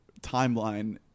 timeline